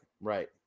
right